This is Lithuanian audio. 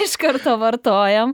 iš karto vartojam